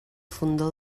fondó